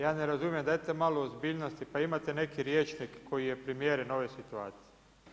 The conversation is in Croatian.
Ja ne razumijem, dajte malo ozbiljnosti, pa imate neki rječnik koji je primjeren ovoj situaciji.